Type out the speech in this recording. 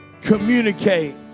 Communicate